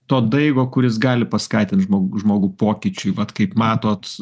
to daigo kuris gali paskatint žmog žmogų pokyčiui vat kaip matot